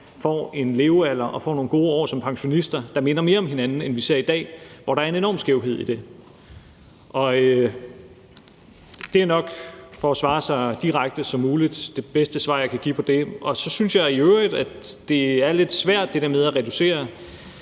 får en levealder og får nogle gode år som pensionister, der minder mere om hinandens end det, vi ser i dag, hvor der er en enorm skævhed i det. Og for at svare så direkte som muligt er det nok det bedste svar, jeg kan give på det. Så synes jeg i øvrigt, at det der med at reducere